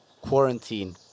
quarantine